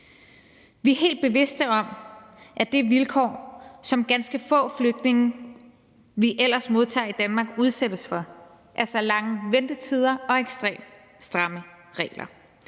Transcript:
Vi er helt bevidste om, at det er vilkår, som de ganske få flygtninge, vi ellers modtager i Danmark, udsættes for, altså lange ventetider og ekstremt stramme regler.